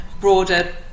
broader